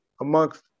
amongst